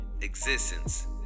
existence